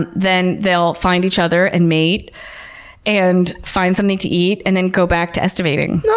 and then they'll find each other and mate and find something to eat and then go back to estivating.